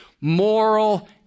moral